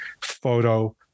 photo